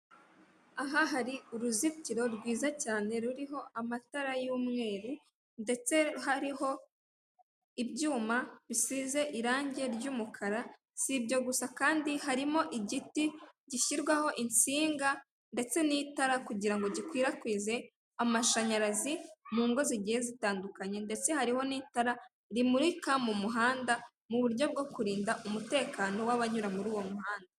Aha hari uruzitiro rwiza cyane ruriho amatara y'umweru, ndetse hariho ibyuma bisize irangi ry'umukara, si ibyo gusa kandi harimo igiti gishyirwaho inshinga ndetse n'itara kugira gikwirakwize amashanyarazi mu ngo zigiye zitandukanye, ndetse hariho n'itara rimurika mu muhanda mu buryo bwo kurinda umutekano w'abanyura muri uwo muhanda.